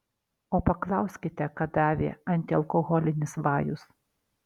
o paklauskite ką davė antialkoholinis vajus